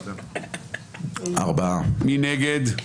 בעד, 8 נגד,